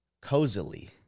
cozily